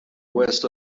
west